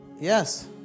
Yes